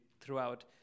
throughout